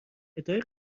ادعای